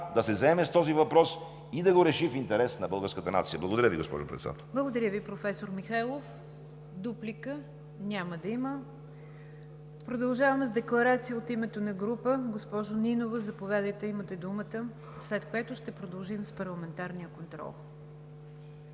да се заеме с този въпрос и да го реши в интерес на българската нация. Благодаря Ви, госпожо Председател. ПРЕДСЕДАТЕЛ НИГЯР ДЖАФЕР: Благодаря Ви, професор Михайлов. Дуплика? Няма да има. Продължаваме с декларация от името на група. Госпожо Нинова, заповядайте. Имате думата, след което ще продължим с парламентарния контрол.